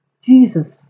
Jesus